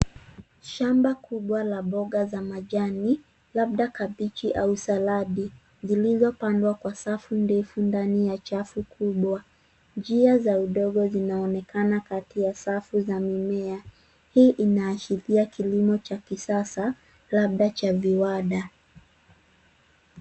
Shamba kubwa la mboga za majani, labda kabeji, au saladi, zilizopangwa kwa safu ndefu ndani ya chafu kubwa. Njia za udongo, zinaonekana kati ya safu za mimea, hii inaashiria kilimo cha kisasa, labda cha viwanda.